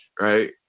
Right